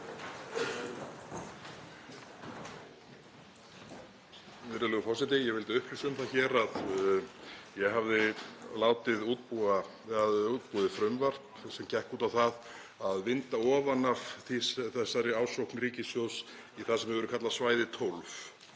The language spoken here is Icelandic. Virðulegur forseti. Ég vildi upplýsa um það hér að ég hafði útbúið frumvarp sem gekk út á það að vinda ofan af þessari ásókn ríkissjóðs í það sem hefur verið kallað svæði 12.